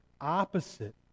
opposite